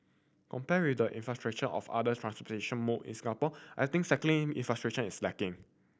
compared with the infrastructure of other transportation mode in Singapore I think cycling infiltration is lacking